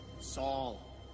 Saul